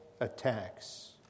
attacks